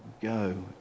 Go